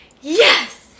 Yes